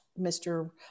Mr